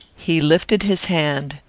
he lifted his hand,